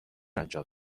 انجام